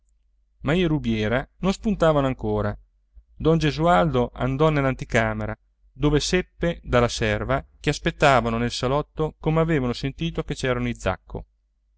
i rubiera non spuntavano ancora don gesualdo andò nell'anticamera dove seppe dalla serva che aspettavano nel salotto come avevano sentito che